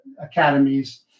academies